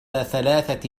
ثلاثة